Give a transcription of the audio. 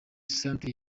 centre